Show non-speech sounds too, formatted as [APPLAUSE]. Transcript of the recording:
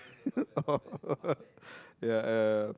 [LAUGHS] yeah